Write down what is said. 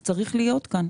זה צריך להיות כאן.